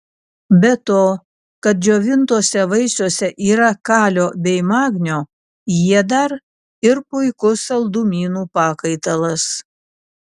be to kad džiovintuose vaisiuose yra kalio bei magnio jie dar ir puikus saldumynų pakaitalas